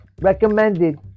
recommended